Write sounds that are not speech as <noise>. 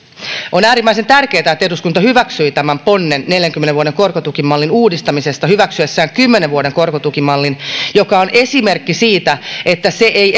on äärimmäisen tärkeää että eduskunta hyväksyi tämän ponnen neljänkymmenen vuoden korkotukimallin uudistamisesta hyväksyessään kymmenen vuoden korkotukimallin joka on esimerkki siitä että se ei <unintelligible>